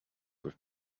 with